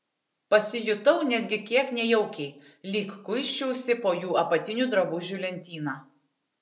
pasijutau netgi kiek nejaukiai lyg kuisčiausi po jų apatinių drabužių lentyną